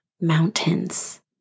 mountains